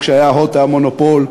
כש"הוט" הייתה מונופול.